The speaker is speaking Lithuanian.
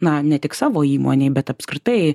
na ne tik savo įmonėj bet apskritai